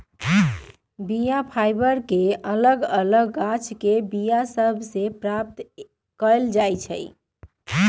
बीया फाइबर के अलग अलग गाछके बीया सभ से प्राप्त कएल जाइ छइ